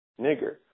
nigger